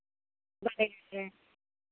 ठीक छै